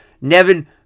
Nevin